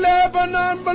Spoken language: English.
Lebanon